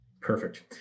Perfect